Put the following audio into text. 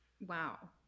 Wow